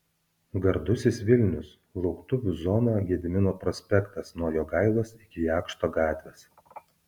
gardusis vilnius lauktuvių zona gedimino prospektas nuo jogailos iki jakšto gatvės